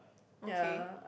okay